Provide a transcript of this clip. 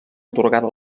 atorgada